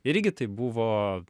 irgi tai buvo